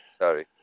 Sorry